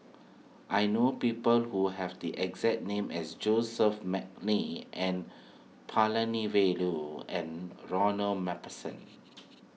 I know people who have the exact name as Joseph McNally N Palanivelu and Ronald MacPherson